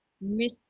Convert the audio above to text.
miss